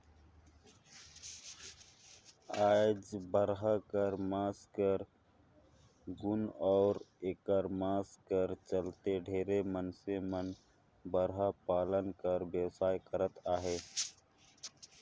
आएज बरहा कर मांस कर गुन अउ एकर मांग कर चलते ढेरे मइनसे मन बरहा पालन कर बेवसाय करत अहें